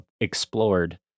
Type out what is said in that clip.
explored